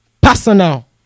personal